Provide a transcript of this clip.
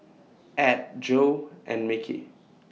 Add Jo and Mickey